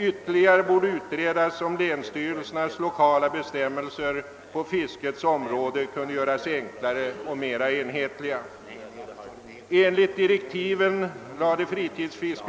Vidare borde utredas om länsstyrelsernas lokala bestämmelser på fiskets område kunde göras enklare och mera enhetliga.